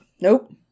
Nope